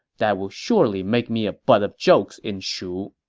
that will surely make me a butt of jokes in shu.